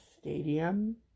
stadium